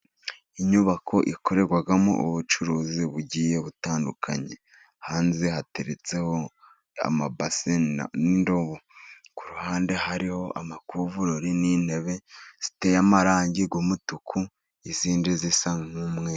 Inyubako ikorerwamo ubucuruzi bugiye butandukanye. Hanze hateretseho amabase n'indobo. Ku ruhande hariho amakuvurori n'intebe ziteye amarangi y'umutuku, izindi zisa nk'umweru.